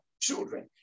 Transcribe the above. children